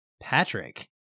Patrick